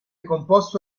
composto